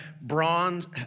bronze